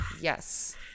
Yes